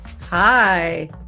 Hi